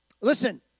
listen